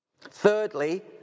Thirdly